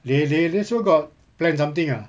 they they there sure got plan something ah